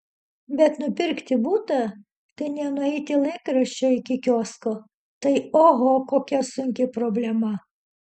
bet nupirkti butą tai ne nueiti laikraščio iki kiosko tai oho kokia sunki problema